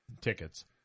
tickets